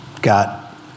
got